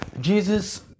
Jesus